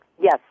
Yes